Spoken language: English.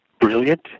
brilliant